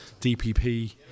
DPP